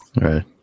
Right